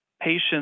patients